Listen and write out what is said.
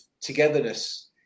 togetherness